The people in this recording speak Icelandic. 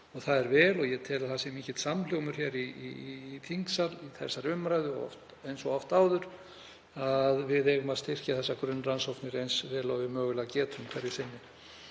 Það er vel og ég tel að það sé mikill samhljómur í þingsal í þessari umræðu eins og oft áður um að við eigum að styrkja grunnrannsóknir eins vel og við mögulega getum hverju sinni.